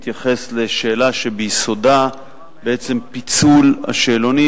שהתייחס לשאלה שביסודה בעצם פיצול השאלונים.